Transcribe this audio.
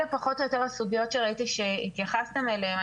אלה פחות או יותר הסוגיות שראיתי שהתייחסתם אליהן.